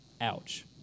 Ouch